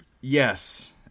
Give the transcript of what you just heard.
Yes